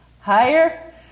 higher